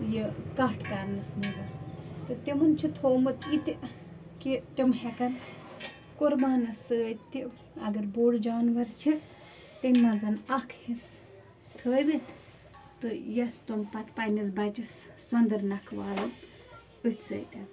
یہِ کَٹھ کرنَس منٛز تہٕ تِمَن چھُ تھومُت یہِ تہِ کہِ تِم ہٮ۪کَن قُربانَس سۭتۍ تہِ اگر بوٚڑ جانوَر چھِ تَمہِ منٛز اَکھ حصہٕ تھٲوِتھ تہٕ یۄس تِم پتہٕ پنٛنِس بَچَس سۄنٛدر نَکھٕ والَن أتھۍ سۭتۍ